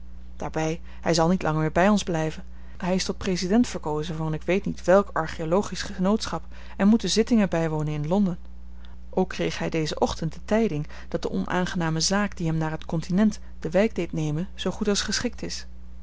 hij zal niet lang meer bij ons blijven hij is tot president verkozen van ik weet niet welk archeologisch genootschap en moet de zittingen bijwonen in londen ook kreeg hij dezen ochtend de tijding dat de onaangename zaak die hem naar het continent de wijk deed nemen zoo goed als geschikt is